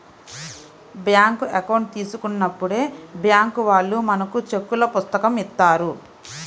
bank account తీసుకున్నప్పుడే bank వాళ్ళు మనకు చెక్కుల పుస్తకం ఇత్తారు